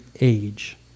age